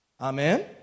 Amen